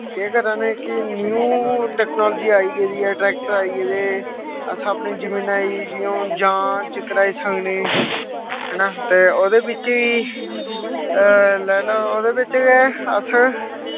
केह् करा ने कि न्यू टैकनॉलजी आई गेदी ऐ ट्रैक्टर आई गेदे अस अपनी जमीना गी जियां हून जान च कराई सकने हैना ते ओह्दे बिच्च गै लाई लैओ ओह्दै बिच्च गै अस